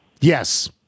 Yes